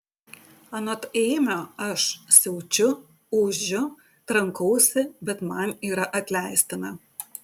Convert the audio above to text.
anot eimio aš siaučiu ūžiu trankausi bet man yra atleistina